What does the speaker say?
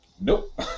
Nope